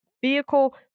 vehicle